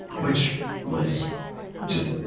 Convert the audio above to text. which was just